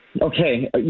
Okay